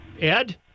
Ed